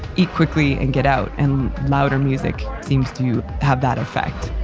eat quickly, and get out, and louder music seems to have that effect